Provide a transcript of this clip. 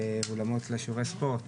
ואולמות לשיעורי ספורט,